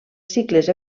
cicles